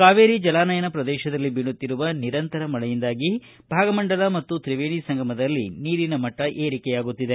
ಕಾವೇರಿ ಜಲಾನಯನ ಪ್ರದೇಶದಲ್ಲಿ ಬೀಳುತ್ತಿರುವ ನಿರಂತರ ಮಳೆಯುಂದಾಗಿ ಭಾಗಮಂಡಲ ಮತ್ತು ತ್ರಿವೇಣಿ ಸಂಗಮದಲ್ಲಿ ನೀರಿನ ಮಟ್ಟ ಏರಿಕೆಯಾಗುತ್ತಿದೆ